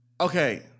Okay